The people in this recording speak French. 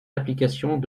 applications